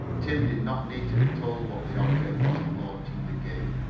tim did not need to be told what the object was in launching the gig.